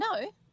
no